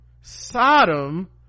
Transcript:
sodom